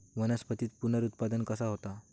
वनस्पतीत पुनरुत्पादन कसा होता?